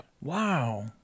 Wow